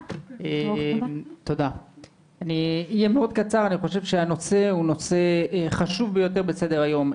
אני חושב שהנושא הוא חשוב ביותר בסדר היום.